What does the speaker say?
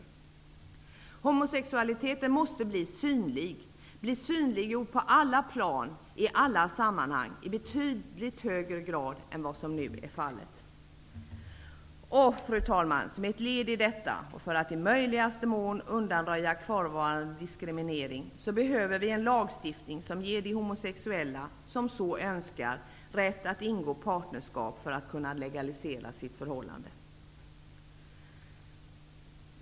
Homosexualiteten måste bli synlig, bli synliggjord på alla plan, i alla sammanhang, i betydligt högre grad än vad som nu är fallet. Fru talman! Som ett led i detta och för att i möjligaste mån undanröja kvarvarande diskriminering, behöver vi en lagstiftning som ger de homosexuella, som så önskar, rätt att ingå partnerskap för att kunna legalisera sitt förhållande.